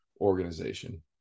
organization